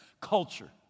Culture